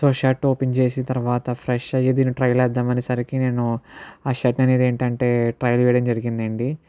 so shirt open చేసి తర్వాత fresh అయ్యి దీన్ని ట్రైల్ వేద్దాం అనే సరికి నేను ఆ షర్ట్ అనేది ఏంటంటే ట్రైల్ వేయడం జరిగిందండి